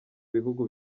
bihugu